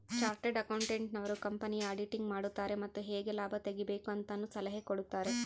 chartered accountant ನವರು ಕಂಪನಿಯ auditing ಮಾಡುತಾರೆ ಮತ್ತು ಹೇಗೆ ಲಾಭ ತೆಗಿಬೇಕು ಅಂತನು ಸಲಹೆ ಕೊಡುತಾರೆ